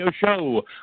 show